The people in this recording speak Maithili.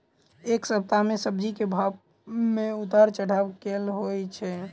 एक सप्ताह मे सब्जी केँ भाव मे उतार चढ़ाब केल होइ छै?